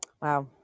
Wow